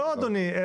לא, אדוני.